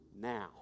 now